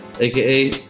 AKA